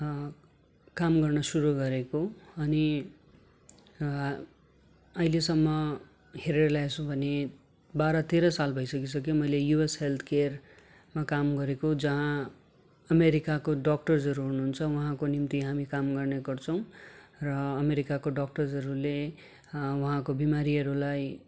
काम गर्न सुरू गरेको अनि अहिलेसम्म हेरेर ल्याएको छु भने बाह्र तेह्र साल भइसकिसक्यो मैले युएस हेल्थकेयरमा काम गरेको जहाँ अमेरिकाको डक्टरहरू हुनु हुन्छ उहाँको निम्ति हामी काम गर्ने गर्छौँ र अमेरिकाको डक्टर्सहरूले उहाँको बिमारीहरूलाई